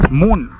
moon